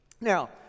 Now